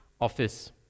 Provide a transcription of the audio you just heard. office